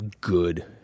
good